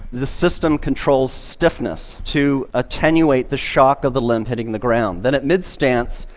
the system controls stiffness, to attenuate the shock of the limb hitting the ground. then at mid-stance,